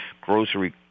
grocery